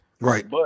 Right